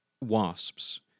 Wasps